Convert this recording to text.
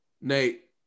Nate